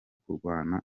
kurwana